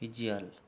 visual